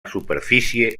superfície